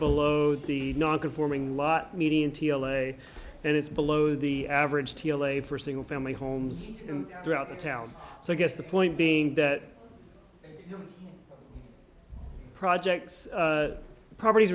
below the non conforming lot median t l a and it's below the average t l a for single family homes and throughout the town so i guess the point being that projects properties